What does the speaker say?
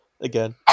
Again